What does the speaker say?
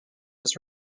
was